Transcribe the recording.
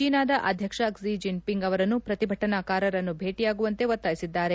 ಚೀನಾದ ಅಧ್ಯಕ್ಷ Xi Jinping ಅವರನ್ನು ಪ್ರತಿಭಟನಾಕಾರರನ್ನು ಭೇಟಿಯಾಗುವಂತೆ ಒತ್ತಾಯಿಸಿದ್ದಾರೆ